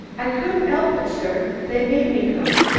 i couldn't elp it, sir. they made me come.